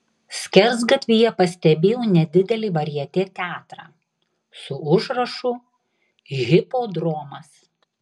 skersgatvyje pastebėjau nedidelį varjetė teatrą su užrašu hipodromas